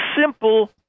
simple